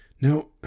Now